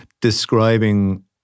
describing